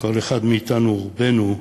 לכל אחד מאתנו, או רובנו,